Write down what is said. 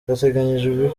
hateganyijwe